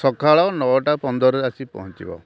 ସକାଳ ନଅଟା ପନ୍ଦରରେ ଆସି ପହଞ୍ଚିବ